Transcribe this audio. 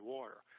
Water